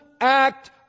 act